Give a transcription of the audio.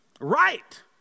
Right